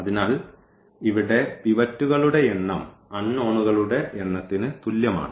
അതിനാൽ ഇവിടെ പിവറ്റുകളുടെ എണ്ണം അൺനോണുകളുടെ എണ്ണത്തിന് തുല്യമാണ്